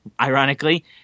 ironically